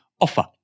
offer